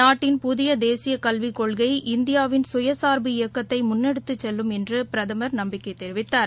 நாட்டின் புதியதேசியகல்விக் கொள்கை இந்தியாவின் சுயசாா்பு இயக்கத்தைமுன்னெடுத்துச் செல்லும் என்றுபிரதமர் நம்பிக்கைதெரிவித்தார்